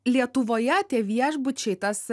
lietuvoje tie viešbučiai tas